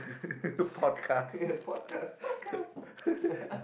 podcast podcast